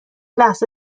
لحظه